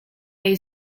jej